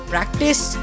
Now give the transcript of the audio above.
Practice